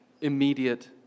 immediate